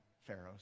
Pharaoh's